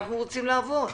אנחנו רוצים לעבוד,